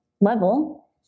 level